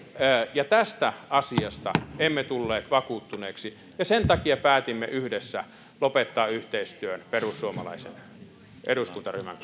ja tästä asiasta emme tulleet vakuuttuneiksi ja sen takia päätimme yhdessä lopettaa yhteistyön perussuomalaisen eduskuntaryhmän